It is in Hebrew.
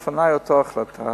אותה החלטה